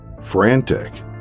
Frantic